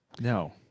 No